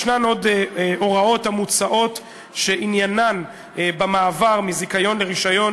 יש עוד הוראות מוצעות שעניינן במעבר מזיכיון לרישיון,